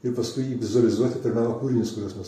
ir paskui jį vizualizuoti per meno kūrinius kuriuos mes